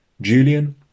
Julian